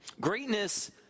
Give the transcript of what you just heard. greatness